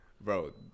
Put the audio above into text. Bro